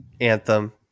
Anthem